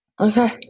Okay